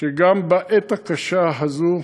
שגם בעת הקשה הזאת,